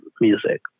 music